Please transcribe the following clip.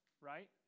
right